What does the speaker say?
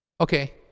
Okay